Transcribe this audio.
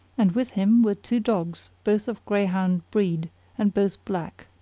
and with him were two dogs both of greyhound breed and both black.